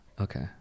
okay